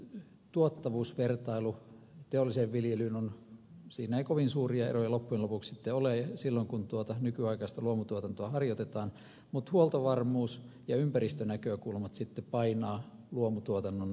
tuottavuusvertailussa teolliseen viljelyyn siinä ei kovin suuria eroja loppujen lopuksi sitten ole silloin kun nykyaikaista luomutuotantoa harjoitetaan mutta huoltovarmuus ja ympäristönäkökulmat sitten painavat luomutuotannon puolesta